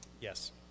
Yes